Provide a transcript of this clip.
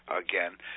again